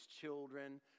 children